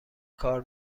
کار